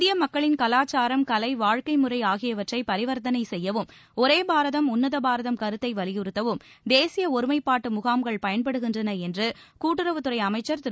இந்திய மக்களின் கலாச்சாரம் கலை வாழ்க்கை முறை ஆகியவற்றை பரிவர்த்தனை செய்யவும் ஒரே பாரதம் உன்னத பாரதம் கருத்தை வலியுறுத்தவும் தேசிய ஒருமைப்பாட்டு முகாம்கள் பயன்படுகின்றன என்று கூட்டுறவுத்துறை அமைச்சர் திரு